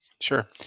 Sure